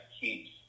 keeps